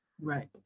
Right